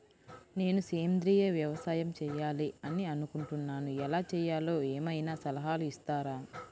నేను సేంద్రియ వ్యవసాయం చేయాలి అని అనుకుంటున్నాను, ఎలా చేయాలో ఏమయినా సలహాలు ఇస్తారా?